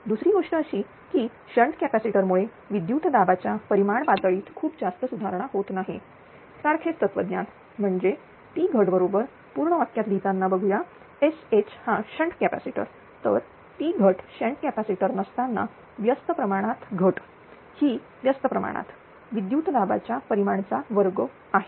दुसरी गोष्ट अशी की शंट कॅपॅसिटर मुळे विद्युत दाबाच्या परिमाण पातळीत खूप जास्त सुधारणा होत नाहीसारखेच तत्वज्ञान म्हणजे P घट बरोबर पूर्ण वाक्यात लिहिताना बघूया Sh हा शंट कॅपॅसिटर तरP घट शंट कॅपॅसिटर नसतांना व्यस्त प्रमाणात घट ही व्यस्त प्रमाणात विद्युत दाबाच्या परिमाण चा वर्ग आहे